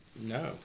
No